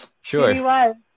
sure